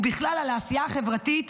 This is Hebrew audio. ובכלל על העשייה החברתית